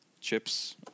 chips